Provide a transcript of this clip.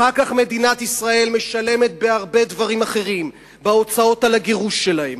אחר כך מדינת ישראל משלמת בהרבה דברים אחרים: בהוצאות על הגירוש שלהם,